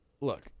look